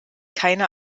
keine